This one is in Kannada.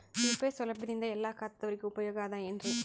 ಯು.ಪಿ.ಐ ಸೌಲಭ್ಯದಿಂದ ಎಲ್ಲಾ ಖಾತಾದಾವರಿಗ ಉಪಯೋಗ ಅದ ಏನ್ರಿ?